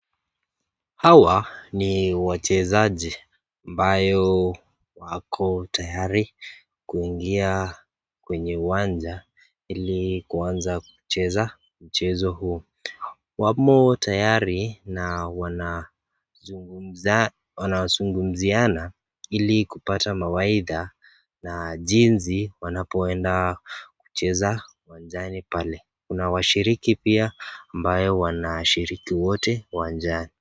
Hawa ni wachezaji ambayo wako tayari uwanja ulio kuanza kucheza wapi mchezo huo wamo tayari na wanazungumza wanazungumziana ili kupata mawaida ya jinsi wanavyoenda kucheza burudani